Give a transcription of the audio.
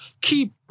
Keep